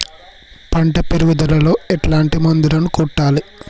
పంట పెరుగుదలలో ఎట్లాంటి మందులను కొట్టాలి?